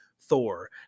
Thor